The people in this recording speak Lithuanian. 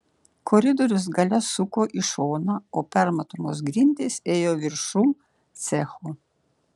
koridorius gale suko į šoną o permatomos grindys ėjo viršum cechų